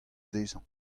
dezhañ